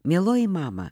mieloji mama